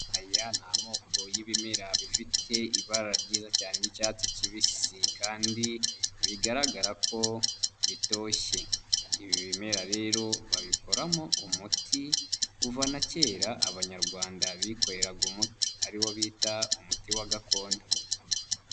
Aya ni amoko y'ibimera bifite ibara ryiza cyane ry'icyatsi kibisi kandi bigaragara ko bitoshye, ibi bimera rero babikoramo umuti kuva na kera abanyarwanda bikoreraga umuti ariwo bita umuti wa gakondo.